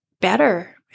better